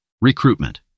Recruitment